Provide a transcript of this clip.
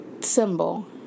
symbol